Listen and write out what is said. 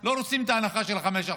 לא רוצים את ההנחה של 5%,